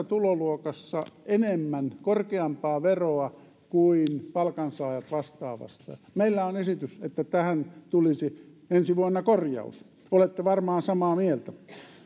tuloluokassa enemmän korkeampaa veroa kuin palkansaajat vastaavasti meillä on esitys että tähän tulisi ensi vuonna korjaus olette varmaan samaa mieltä